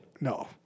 No